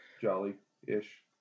Jolly-ish